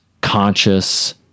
conscious